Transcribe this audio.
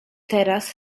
teraz